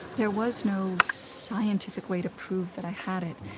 there was no scientific way to prove that i had it.